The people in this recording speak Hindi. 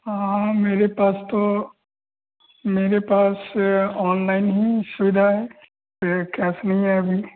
हाँ हाँ हाँ मेरे पास तो मेरे पास ऑनलाइन ही सुविधा है पे कैश नहीं है अभी